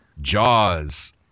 Jaws